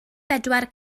bedwar